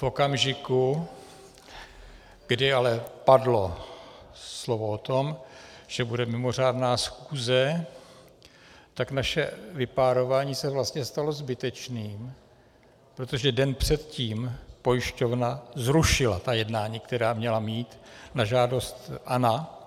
V okamžiku, kdy ale padlo slovo o tom, že bude mimořádná schůze, tak naše vypárování se vlastně stalo zbytečným, protože den předtím pojišťovna zrušila ta jednání, která měla mít, na žádost ANO.